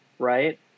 Right